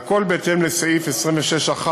והכול בהתאם לסעיף 26(1)